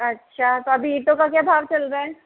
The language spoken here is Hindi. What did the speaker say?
अच्छा तो अभी ईंटों का क्या भाव चल रहा है